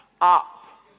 up